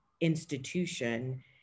institution